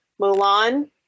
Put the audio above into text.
Mulan